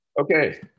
Okay